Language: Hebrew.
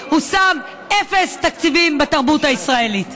הוא שם אפס תקציבים בתרבות הישראלית.